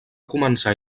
començar